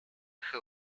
her